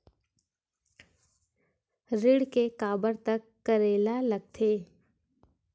ऋण के काबर तक करेला लगथे?